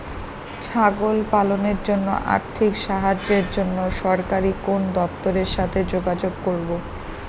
ছাগল পালনের জন্য আর্থিক সাহায্যের জন্য সরকারি কোন দপ্তরের সাথে যোগাযোগ করব?